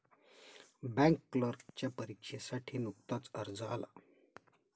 bank क्लर्कच्या परीक्षेसाठी नुकताच अर्ज आला